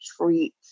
treat